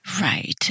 Right